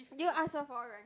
did you ask her for rent